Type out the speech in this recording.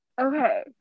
okay